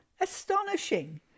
astonishing